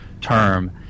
term